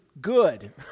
good